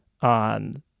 on